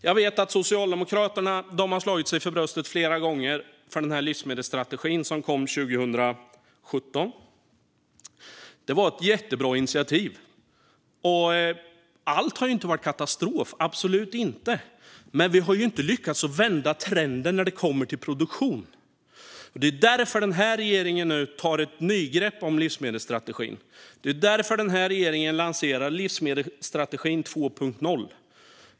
Jag vet att Socialdemokraterna har slagit sig för bröstet flera gånger för den livsmedelsstrategi som kom 2017 och som var ett jättebra initiativ. Allt har inte varit katastrof, absolut inte, men vi har inte lyckats vända trenden när det kommer till produktionen. Det är därför regeringen nu tar ett nygrepp om livsmedelsstrategin och lanserar livsmedelsstrategin 2.0.